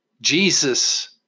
Jesus